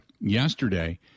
yesterday